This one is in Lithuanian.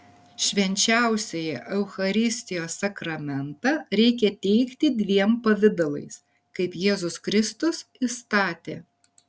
švenčiausiąjį eucharistijos sakramentą reikia teikti dviem pavidalais kaip jėzus kristus įstatė